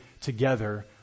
together